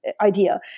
idea